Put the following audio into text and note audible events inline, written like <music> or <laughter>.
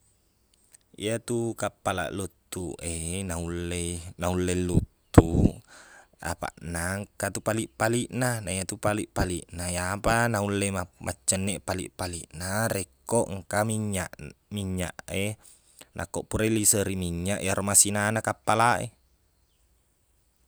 Iyatu kappalaq luttu e naullei- naulle <noise> luttu apaqna engka tu paliq-paliqna na iyatu paliq-paliqna iyapa naulle map- maccenneq paliq-paliqna rekko engka minnyak minnyak e nako pura iliseri minnyak iyaro masinana kappala e